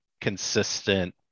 consistent